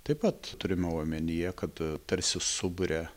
taip pat turima omenyje kad tarsi suburia